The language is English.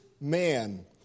man